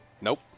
Nope